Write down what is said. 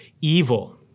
evil